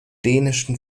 dänischen